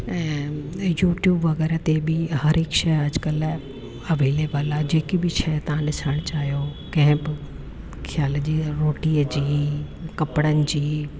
ऐं यूट्यूब वग़ैरह ते बि हर हिकु शइ अॼुकल्ह अवेलेबल आहे जेकी बि शइ तव्हां ॾिसणु चाहियो कंहिं बि ख़्याल जी रोटीअ जी कपड़न जी